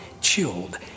chilled